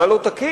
מה לא תקין,